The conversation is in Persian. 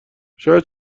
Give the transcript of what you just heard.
شاید